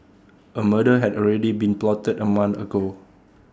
A murder had already been plotted A month ago